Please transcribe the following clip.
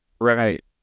Right